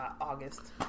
August